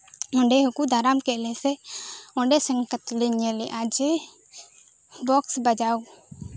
ᱚᱸᱰᱮ ᱦᱚᱸᱠᱚ ᱫᱟᱨᱟᱢ ᱠᱮᱫ ᱞᱮᱭᱟ ᱥᱮ ᱚᱸᱰᱮ ᱥᱮᱱ ᱠᱟᱛᱮᱫ ᱞᱮ ᱧᱮᱞ ᱮᱫᱟ ᱡᱮ ᱵᱚᱠᱥ ᱵᱟᱡᱟᱣ